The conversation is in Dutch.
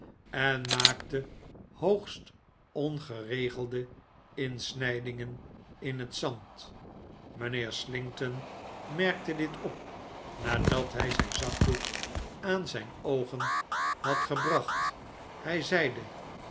en maakte hoogst ongeregelde insnijdingen op het zand mijnheer slinkton merkte dit op nadat hij zijn zakdoek aan zijn oogen had gebracht hij zeide